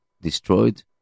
destroyed